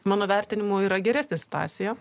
mano vertinimu yra geresnė situacija